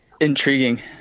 intriguing